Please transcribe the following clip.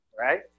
right